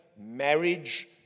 marriage